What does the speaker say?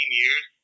years